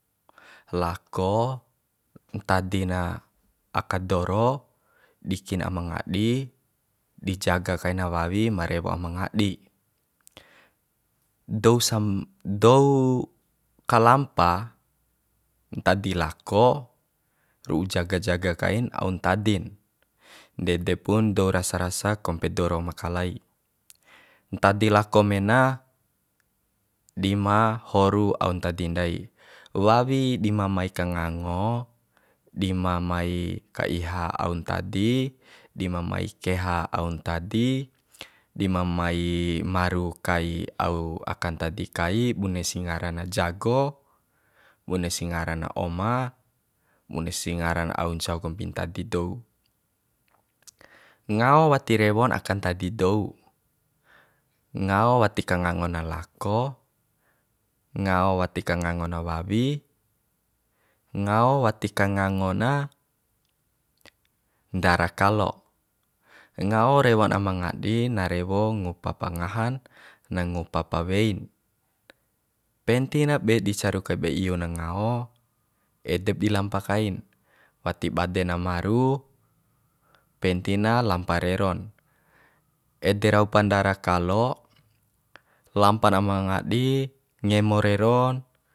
Lako ntadi na aka doro dikin aima ngadi di jaga kaina wawi ma rewo aima ngadi dou sam dou kalampa ntadi lako ru'u jaga jaga kain au ntadin ndede pun dou rasa rasa kompe doro ma kalai ntadi lako mena dima haru ao ntadi ndai wawidi ma mai kangango di ma mai ka iha au ntadi di ma mai keha au ntadi di ma mai maru kai aw aka ntadi kai bune si ngara na jago bune si ngara na oma bune si ngaran au ncau kombi ntadi dou ngao wati rewon aka ntadi dou ngao wati kangango na lako ngao wati kangango na wawi ngao wati kangango na ndara kalo ngao rewon aima ngadi na rewo ngupa ba ngahan na ngupa pa wein penti na be di caru kai ba iu na ngao edep di lampa kain wati bade na maru pentina lampa reron ede raupa ndara kalo lampa na ima ngadi ngemo reron